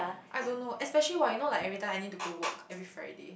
I don't know especially while you know like everytime I need to go work every Friday